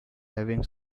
having